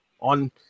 on